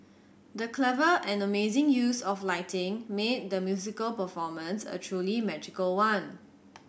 the clever and amazing use of lighting made the musical performance a truly magical one